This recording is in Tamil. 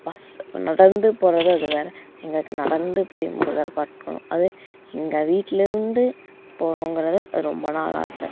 பஸ் நடந்து போகிறதோ அது வேறு எங்களுக்கு நடந்து போய் முருகரை பார்க்கணும் அது எங்கள் வீட்டில் இருந்து போகணுங்கிறது ரொம்ப நாள் ஆசை